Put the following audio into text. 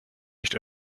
nicht